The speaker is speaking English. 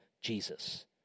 Jesus